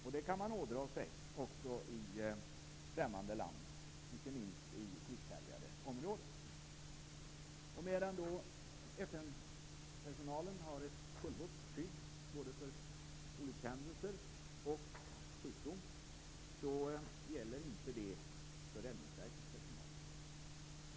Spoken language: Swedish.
Sjukdom kan man ådra sig också i främmande land, icke minst i krigshärjade områden. Medan FN-personalen har ett fullgott skydd både för olyckshändelser och sjukdom gäller inte det för Räddningsverkets personal.